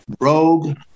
rogue